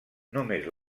només